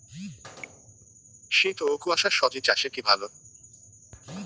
শীত ও কুয়াশা স্বজি চাষে কি ভালো?